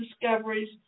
discoveries